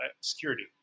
Security